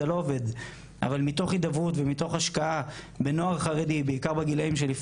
לשיטתנו זה לא נכון להצעיר את הפטור לגיל 21 יגרום לי בגיל 19 לומר